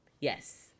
yes